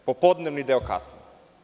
Popodnevni deo kasni.